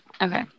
Okay